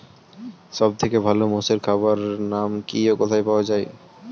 সব থেকে ভালো মোষের খাবার নাম কি ও কোথায় পাওয়া যায়?